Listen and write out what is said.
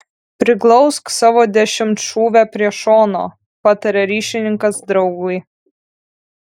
priglausk savo dešimtšūvę prie šono pataria ryšininkas draugui